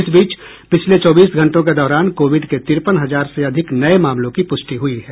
इस बीच पिछले चौबीस घंटों के दौरान कोविड के तिरपन हजार से अधिक नये मामलों की पुष्टि हुई है